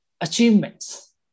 achievements